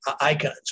icons